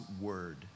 word